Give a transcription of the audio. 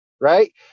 Right